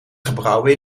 gebrouwen